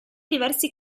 diversi